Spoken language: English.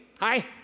Hi